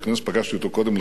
פגשתי אותו קודם לכן,